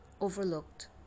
overlooked